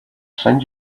send